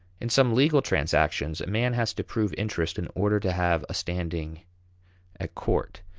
in some legal transactions a man has to prove interest in order to have a standing at court.